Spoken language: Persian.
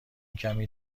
کمی